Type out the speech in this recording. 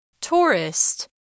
Tourist